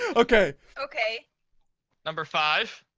ah okay? okay number five?